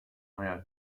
hayal